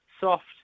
soft